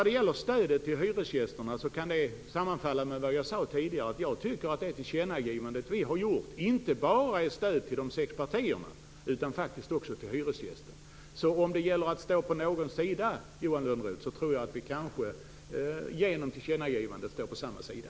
Beträffande stödet till hyresgästerna har jag samma uppfattning som jag tidigare framfört, att vårt tillkännagivande inte bara är ett stöd till de sex partierna utan också till hyresgästerna. Genom detta tillkännagivande står vi kanske, Johan Lönnroth, på samma sida.